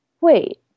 wait